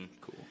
Cool